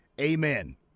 Amen